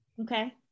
Okay